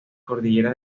cordillera